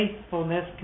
faithfulness